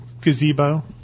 gazebo